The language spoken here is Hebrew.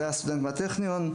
זה היה הסטודנט מהטכניון,